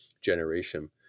generation